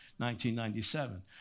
1997